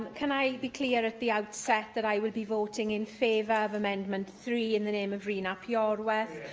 can i be clear at the outset that i will be voting in favour of amendment three in the name of rhun ap iorwerth,